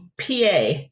PA